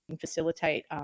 facilitate